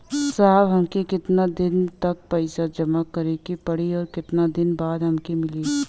साहब हमके कितना दिन तक पैसा जमा करे के पड़ी और कितना दिन बाद हमके मिली?